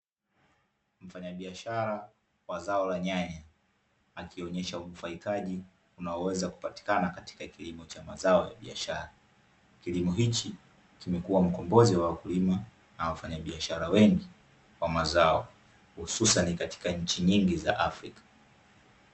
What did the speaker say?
Mfanyabiashara wa zao la nyanya, akionyesha unufaikaji unaoweza kupatikana katika kilimo cha mazao ya biashara. Kilimo hichi, kimekua mkombozi wa wakulima, na wafanyabiashara wengi wa mazao, hususani katika nchi nyingi za Afrika.